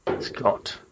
Scott